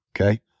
Okay